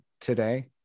today